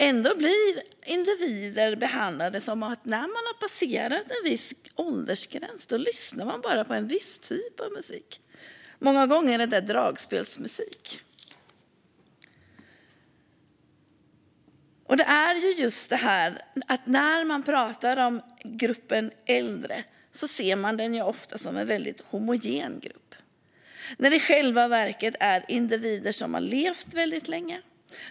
Ändå blir individer behandlade som att de, när de passerat en viss åldersgräns, bara lyssnar på en viss typ av musik. Många gånger är det dragspelsmusik. Det är just detta: När man pratar om gruppen äldre ser man den ofta som en väldigt homogen grupp. I själva verket är det individer som har levt väldigt länge.